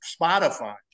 spotify